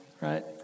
Right